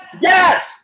Yes